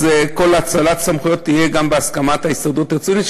אז כל האצלת הסמכויות תהיה גם בהסכמת ההסתדרות הציונית,